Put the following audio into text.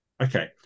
okay